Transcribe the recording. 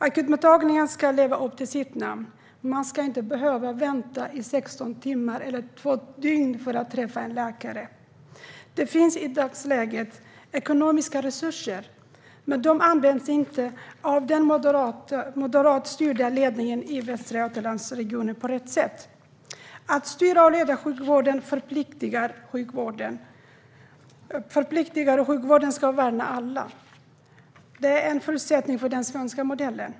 Akutmottagningen ska leva upp till sitt namn. Man ska inte behöva vänta i 16 timmar eller två dygn för att få träffa en läkare. Det finns i dagsläget ekonomiska resurser, men de används inte på rätt sätt av den moderatstyrda ledningen i Västra Götalandsregionen. Att styra och leda sjukvården förpliktar, och sjukvården ska värna alla. Det är en förutsättning för den svenska modellen.